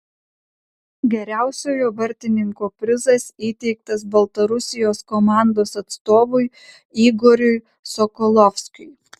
geriausiojo vartininko prizas įteiktas baltarusijos komandos atstovui igoriui sokolovskiui